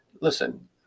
listen